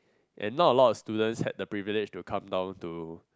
and not a lot of students had the privilege to come down to